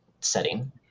setting